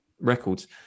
records